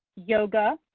yoga,